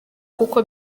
kuko